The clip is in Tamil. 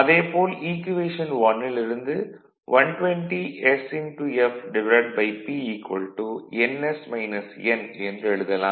அதே போல் ஈக்குவேஷன் 1 ல் இருந்து 120sf P ns - n என்று எழுதலாம்